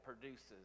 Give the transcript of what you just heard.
produces